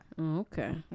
Okay